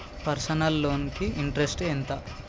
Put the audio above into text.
Personal loan కి interest ఎంత?